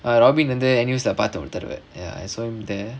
robin வந்து:vandhu N_U_S leh பாத்தேன் ஒரு தடவ:paathaen oru thadava ya I saw him there